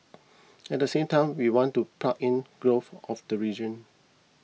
at the same time we want to plug in growth of the region